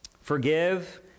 forgive